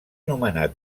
nomenat